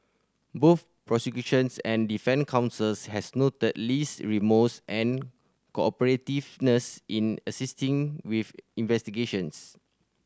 both prosecutions and defence counsels had noted Lee's remorse and cooperativeness in assisting with investigations